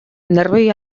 nerbioi